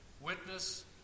witness